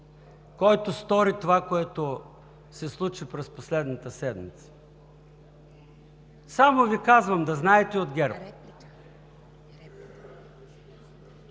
който стори това, което се случи през последната седмица? Само Ви казвам, да знаете от ГЕРБ.